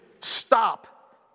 stop